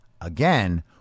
again